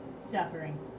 suffering